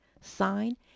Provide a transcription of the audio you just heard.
sign